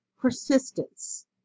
Persistence